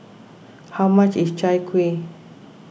how much is Chai Kuih